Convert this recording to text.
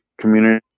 community